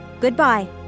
Goodbye